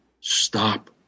Stop